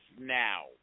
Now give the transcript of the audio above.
now